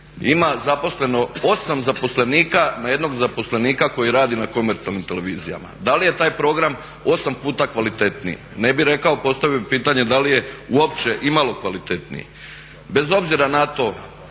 ima zaposleno 8 zaposlenika na jednog zaposlenika koji radi na komercijalnim televizijama. Da li je taj program 8 puta kvalitetniji? Ne bih rekao. Postavio bih pitanje da li je uopće imalo kvalitetniji. Bez obzira na to